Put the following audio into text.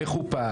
איך הוא פעל?